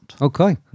Okay